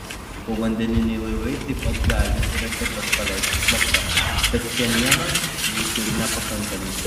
povandeniniai laivai taip pat gali raketas paleisti slapta bet pchenjanas jų turi nepakankamai